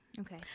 Okay